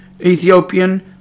Ethiopian